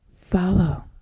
Follow